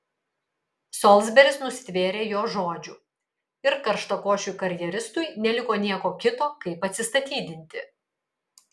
solsberis nusitvėrė jo žodžių ir karštakošiui karjeristui neliko nieko kito kaip atsistatydinti